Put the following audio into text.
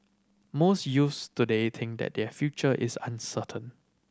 most youths today think that their future is uncertain